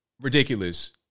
ridiculous